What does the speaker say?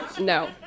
no